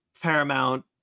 Paramount